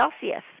Celsius